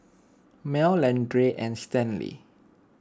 Mel Leandra and Stanley